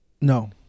No